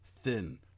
thin